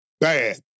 bad